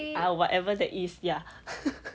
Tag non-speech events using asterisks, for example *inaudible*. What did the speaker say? ah whatever that is ya *laughs*